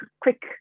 quick